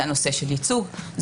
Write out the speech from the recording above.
זה הנושא של ייצוג,